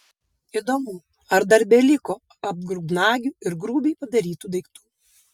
įdomu ar dar beliko atgrubnagių ir grubiai padarytų daiktų